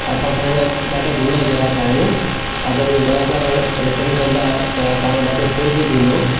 असां तव्हांजा ॾाढा झूना ग्राहक आहियूं अगरि हूअ ॿ हज़ार रिटर्न कंदा त तव्हांजो ॾाढो क़ुर्बु थींदो